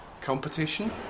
Competition